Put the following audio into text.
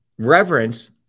reverence